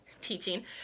teaching